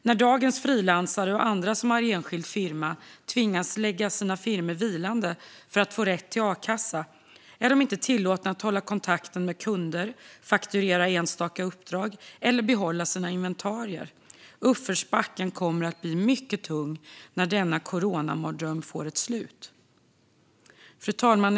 När dagens frilansare och andra som har enskild firma tvingas lägga sina firmor vilande för att få rätt till a-kassa är de inte tillåtna att hålla kontakt med kunder, fakturera enstaka uppdrag eller behålla sina inventarier. Uppförsbacken kommer att bli mycket tung när denna coronamardröm får ett slut. Fru talman!